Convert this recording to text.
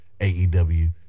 AEW